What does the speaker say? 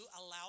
allow